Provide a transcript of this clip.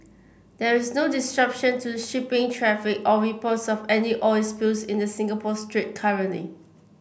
there is no disruption to shipping traffic or reports of any oil spills in the Singapore Strait currently